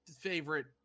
favorite